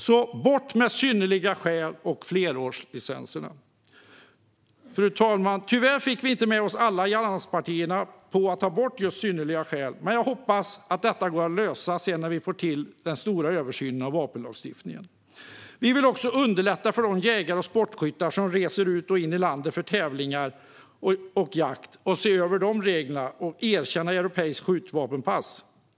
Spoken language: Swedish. Så bort med "synnerliga skäl" och flerårslicenserna! Fru talman! Tyvärr fick vi inte med oss alla allianspartier på att ta bort just "synnerliga skäl", men jag hoppas att detta går att lösa senare vid den stora översynen av vapenlagstiftningen. Vi vill också underlätta för de jägare och sportskyttar som reser ut ur och in i landet till tävlingar och jakt genom att se över reglerna för detta och erkänna europeiskt skjutvapenpass.